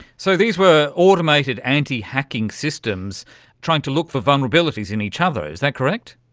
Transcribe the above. so these were automated anti-hacking systems trying to look for vulnerabilities in each other, is that correct?